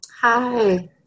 Hi